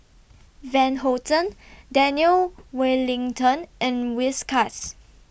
Van Houten Daniel Wellington and Whiskas